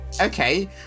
okay